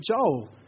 Joel